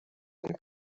and